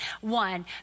one